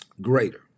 greater